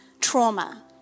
trauma